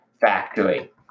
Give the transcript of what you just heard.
Factory